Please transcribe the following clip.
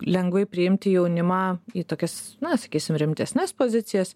lengvai priimti jaunimą į tokias na sakysim rimtesnes pozicijas